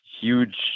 huge